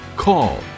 call